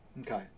Okay